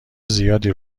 زیادی